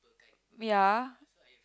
ya